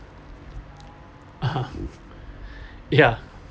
ya